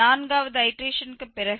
நான்காவது ஐடேரேஷன்க்கு பிறகு